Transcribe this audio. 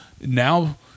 now